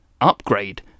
Upgrade